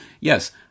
yes